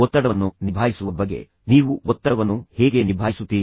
ಈಗ ಒತ್ತಡ ನಿರ್ವಹಣೆಯ ಬಗ್ಗೆ ಒತ್ತಡವನ್ನು ನಿಭಾಯಿಸುವ ಬಗ್ಗೆ ನೀವು ಒತ್ತಡವನ್ನು ಹೇಗೆ ನಿಭಾಯಿಸುತ್ತೀರಿ